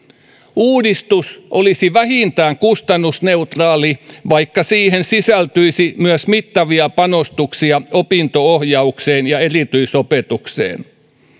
uudistus olisi vähintään kustannusneutraali vaikka siihen sisältyisi myös mittavia panostuksia opinto ohjaukseen ja erityisopetukseen